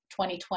2020